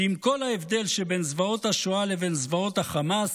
ועם כל ההבדל שבין זוועות השואה לבין זוועות החמאס,